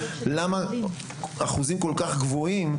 למה אחוזים כל כך גבוהים,